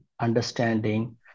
understanding